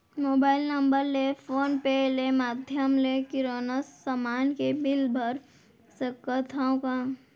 Mobile number ले phone पे ले माधयम ले किराना समान के बिल भर सकथव का?